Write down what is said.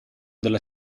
della